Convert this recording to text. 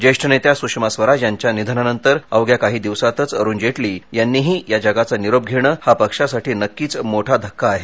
ज्येष्ठ नेत्या सुषमा स्वराज यांच्या निधनानंतर अवघ्या काही दिवसातच अरुण जेटली यांनीही या जगाचा निरोप घेण हा पक्षासाठी नक्कीच मोठा धक्का आहे